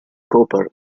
cooper